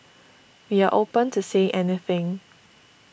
we are open to say anything